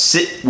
Sit